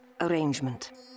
arrangement